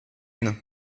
une